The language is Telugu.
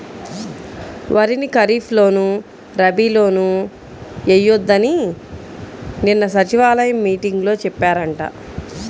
వరిని ఖరీప్ లోను, రబీ లోనూ ఎయ్యొద్దని నిన్న సచివాలయం మీటింగులో చెప్పారంట